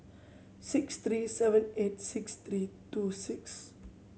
six three seven eight six three two six